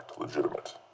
legitimate